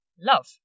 love